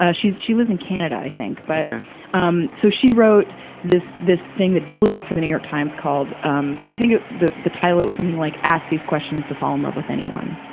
ah she she lives in canada, i think. but um so, she wrote this, this thing that blew up for the new york times called, um, i think it, the, the title was something like, ask these questions to fall in love with anyone.